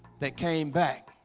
that came back